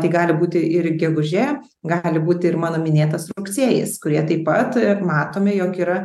tai gali būti ir gegužė gali būti ir mano minėtas rugsėjis kurie taip pat matome jog yra